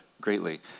greatly